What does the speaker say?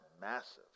massive